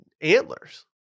antlers